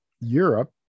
Europe